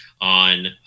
on